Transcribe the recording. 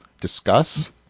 Discuss